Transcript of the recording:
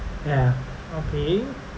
ya okay